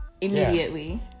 immediately